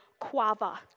Quava